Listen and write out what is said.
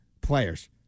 players